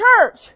church